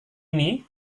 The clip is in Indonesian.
ini